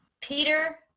Peter